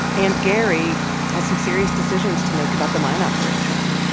and gary has some serious decisions to make about the mine operation.